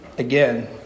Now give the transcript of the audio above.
Again